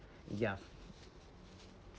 ya